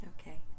Okay